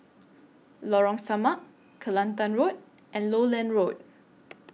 Lorong Samak Kelantan Road and Lowland Road